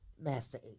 Master